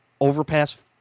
overpass